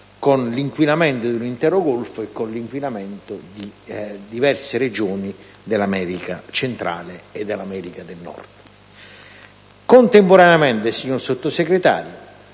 con l'inquinamento di un intero golfo e di diverse regioni dell'America Centrale e dell'America del Nord. Contemporaneamente, signor Sottosegretario,